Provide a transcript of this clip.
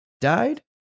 died